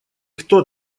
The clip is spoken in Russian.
кто